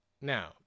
now